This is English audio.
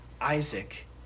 Isaac